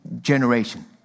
generation